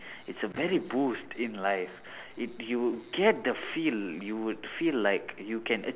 it's a very boost in life if you get the feel you would feel like you can